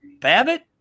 babbitt